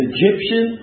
Egyptian